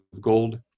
gold